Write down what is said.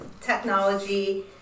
technology